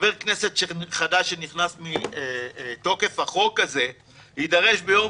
חבר כנסת חדש שנכנס מתוקף החוק הזה יידרש ביום